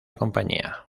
compañía